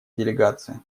делегация